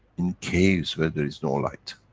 in caves where there is no light.